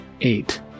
eight